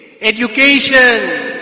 education